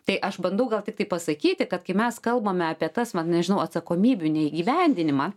tai aš bandau gal tiktai pasakyti kad kai mes kalbame apie tas va nežinau atsakomybių neįgyvendinimą